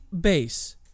base